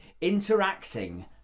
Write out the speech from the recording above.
interacting